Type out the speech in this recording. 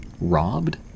robbed